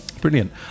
Brilliant